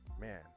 man